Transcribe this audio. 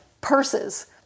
purses